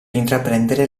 intraprendere